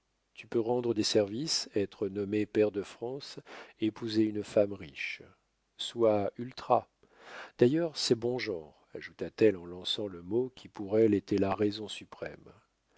tu peux rendre des services être nommé pair de france épouser une femme riche sois ultra d'ailleurs c'est bon genre ajouta-t-elle en lançant le mot qui pour elle était la raison suprême